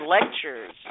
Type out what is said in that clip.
lectures